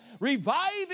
reviving